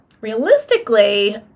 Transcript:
Realistically